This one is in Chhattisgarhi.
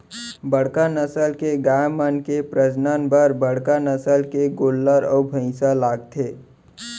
बड़का नसल के गाय मन के प्रजनन बर बड़का नसल के गोल्लर अउ भईंसा लागथे